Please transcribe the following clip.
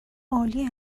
عالی